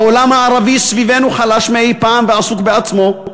העולם הערבי סביבנו חלש מאי-פעם ועסוק בעצמו,